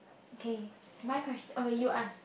okay my question okay you ask